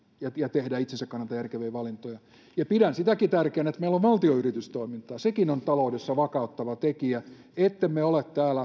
ja ja tehdä itsensä kannalta järkeviä valintoja ja pidän sitäkin tärkeänä että meillä valtion yritystoimintaa sekin on taloudessa vakauttava tekijä ettemme ole täällä